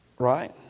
right